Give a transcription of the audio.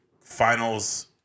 finals